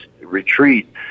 retreat